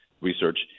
research